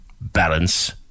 balance